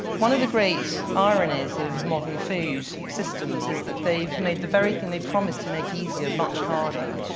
one of the great ironies of modern food systems is that they've made the very thing they promised to make easier much harder.